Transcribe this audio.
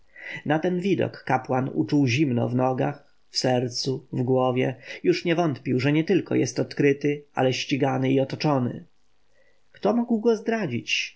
na ten widok kapłan uczuł zimno w nogach w sercu w głowie już nie wątpił że nietylko jest odkryty ale ścigany i otoczony kto mógł go zdradzić